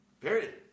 Period